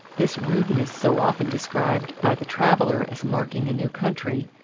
this rudeness so often described by the traveler as marking a new country,